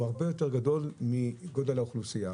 היא אפילו הרבה יותר גדולה מחלקה באוכלוסייה,